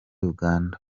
uganda